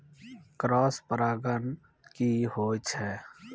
Cross परागण की होय छै?